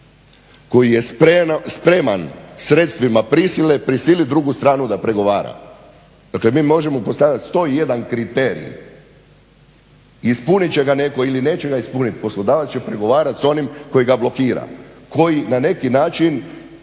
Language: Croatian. koji je spreman sredstvima prisile prisiliti drugu stranu da pregovara. Dakle, mi možemo postavljati 101 kriterij, ispunit će ga netko ili neće ga ispuniti. Poslodavac će prigovarat s onim koji ga blokira, koji na neki način